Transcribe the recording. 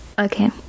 okay